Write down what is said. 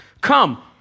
Come